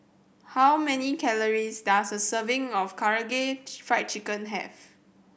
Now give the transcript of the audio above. how many calories does a serving of Karaage Fried Chicken have